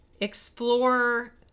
explore